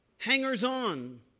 hangers-on